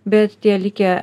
bet tie likę